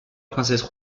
princesse